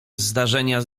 zdarzenia